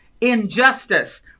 injustice